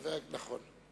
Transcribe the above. נכון.